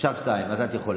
אפשר שניים, אז את יכולה.